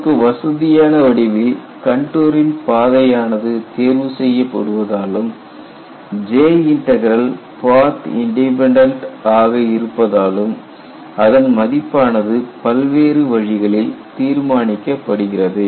நமக்கு வசதியான வடிவில் கண்டுரின் பாதையானது தேர்வு செய்ய படுவதாலும் J இன்டக்ரல் பாத் இன்டிபென்டன்ட் ஆக இருப்பதாலும் அதன் மதிப்பானது பல்வேறு வழிகளில் தீர்மானிக்கப்படுகிறது